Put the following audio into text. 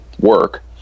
work